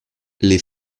les